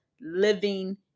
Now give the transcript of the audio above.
living